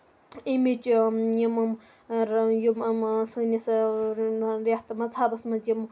اَمِچ یِم یِم سٲنِس یَتھ مذہَبَس مَنٛز یِم